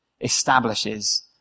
establishes